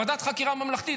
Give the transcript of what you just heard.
אתה אמרת ועדת חקירה ממלכתית,